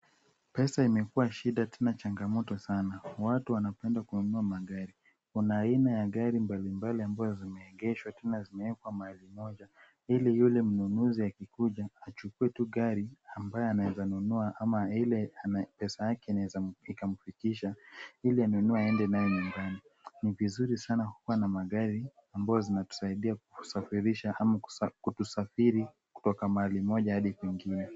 Pesa imekuwa shida tena changamoto sana. Watu wanapenda kununua magari. Kuna aina ya gari mbali mbali ambayo zimeegeshwa na tena zimeekwa mahali moja, ili yule mnunuzi akikuja, achukue tu gari ambayo anaweza nunua ama ile pesa yake inaweza ikamfikisha ili anunue aende nayo nyumbani. Ni vizuri sana kuwa na magari ambayo zinatusaidia kusafirisha ama kutusafiri kutoka mahali moja hadi kwingine.